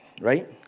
right